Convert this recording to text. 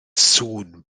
sŵn